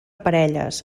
parelles